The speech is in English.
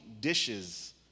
dishes